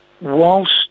whilst